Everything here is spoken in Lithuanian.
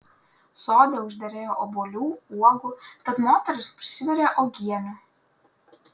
sode užderėjo obuolių uogų tad moteris prisivirė uogienių